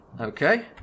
Okay